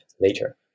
later